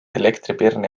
elektripirni